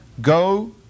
Go